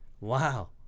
Wow